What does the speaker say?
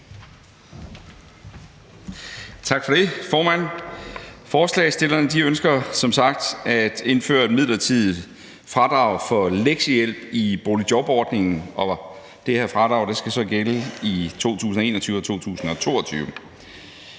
som det fremgår af forslaget, at indføre et midlertidigt fradrag for lektiehjælp i boligjobordningen, og det her fradrag skal så gælde i 2021 og 2022.